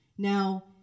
Now